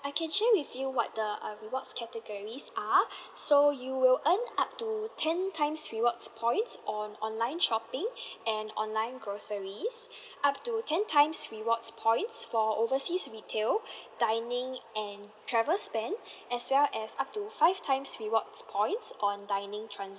I can share with you what the uh rewards categories are so you will earn up to ten times rewards points on online shopping and online groceries up to ten times rewards points for overseas retail dining and travel spend as well as up to five times rewards points on dining trans~